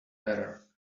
error